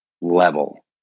level